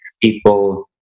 people